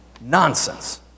Nonsense